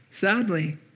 Sadly